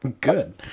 Good